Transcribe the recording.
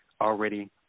already